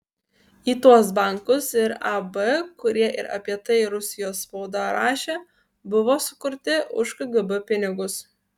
į tuos bankus ir ab kurie ir apie tai rusijos spauda rašė buvo sukurti už kgb pinigus